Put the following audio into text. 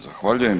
Zahvaljujem.